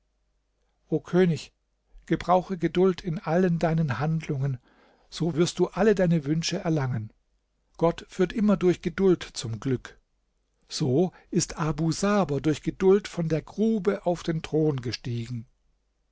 o könig gebrauche geduld in allen deinen handlungen so wirst du alle deine wünsche erlangen gott führt immer durch geduld zum glück so ist abu saber durch geduld von der grube auf den thron gestiegen